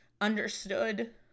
understood